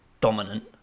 dominant